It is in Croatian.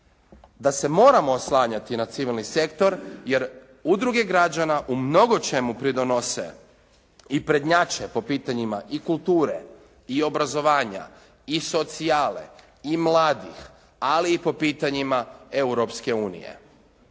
da se moramo oslanjati na civilni sektor, jer udruge građana u mnogočemu pridonose i prednjače i po pitanjima kulture, i obrazovanja, i socijale, i mladih ali i po pitanjima Europske unije.